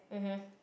mmhmm